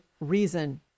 reason